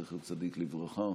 זכר צדיק לברכה.